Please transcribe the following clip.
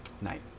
Night